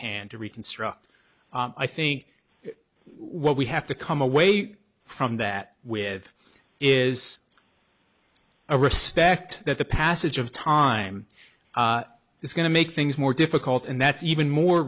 can to reconstruct i think what we have to come away from that with is a respect that the passage of time is going to make things more difficult and that's even more